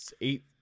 eight